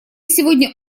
сегодня